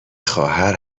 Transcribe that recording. خواهر